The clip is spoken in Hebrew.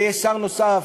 ויש שר נוסף,